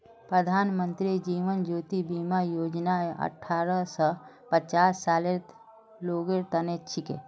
प्रधानमंत्री जीवन ज्योति बीमा योजना अठ्ठारह स पचास सालेर लोगेर तने छिके